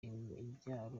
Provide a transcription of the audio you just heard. ibyaro